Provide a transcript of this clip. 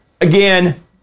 again